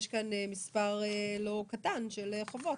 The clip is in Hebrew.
יש כאן מספר לא קטן של חובות,